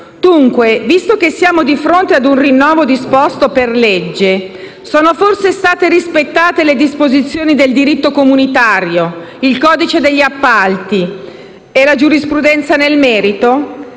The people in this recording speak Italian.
Dunque, visto che siamo di fronte a un rinnovo disposto per legge, sono forse state rispettate le disposizioni del diritto comunitario, il codice degli appalti e la giurisprudenza nel merito?